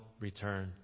return